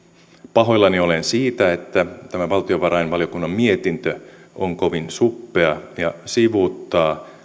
pahoillani olen siitä että tämä valtiovarainvaliokunnan mietintö on kovin suppea ja sivuuttaa